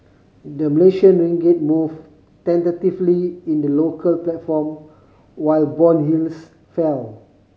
the Malaysian ringgit moved tentatively in the local platform while bond yields fell